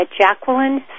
Jacqueline